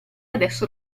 adesso